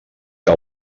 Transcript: que